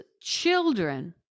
children